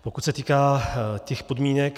Pokud se týká těch podmínek.